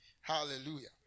Hallelujah